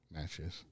Matches